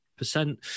percent